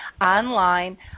online